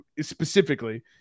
specifically